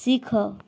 ଶିଖ